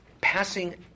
passing